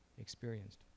experienced